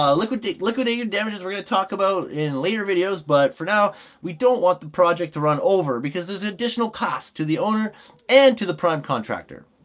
um liquidated liquidated damages, we're going to talk about in later videos but for now we don't want the project to run over because there's an additional cost to the owner and to the prime contractor.